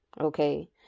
Okay